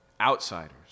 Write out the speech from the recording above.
Outsiders